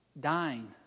dying